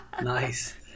Nice